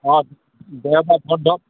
অ দেওবাৰে বন্ধ